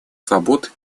свобод